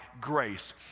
grace